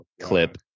clip